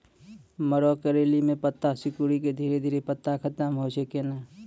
मरो करैली म पत्ता सिकुड़ी के धीरे धीरे पत्ता खत्म होय छै कैनै?